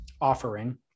offering